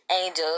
Angel's